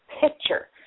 picture